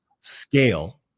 scale